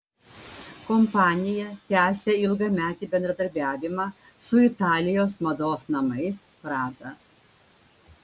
kompanija tęsia ilgametį bendradarbiavimą su italijos mados namais prada